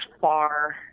far